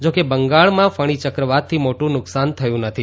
જો કે બંગાળમાં ફણી ચક્રવાતથી મોટું નુકસાન થયું નથી